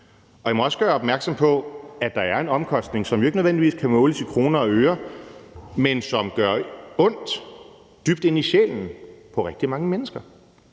Og jeg må også gøre opmærksom på, at der er en omkostning, som ikke nødvendigvis kan måles i kroner og øre, men som gør ondt dybt ind i sjælen på rigtig mange mennesker.